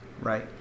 right